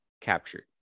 captured